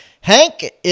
Hank